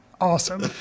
awesome